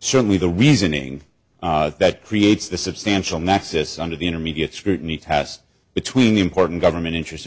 certainly the reasoning that creates the substantial nexus under the intermediate scrutiny tast between important government interest in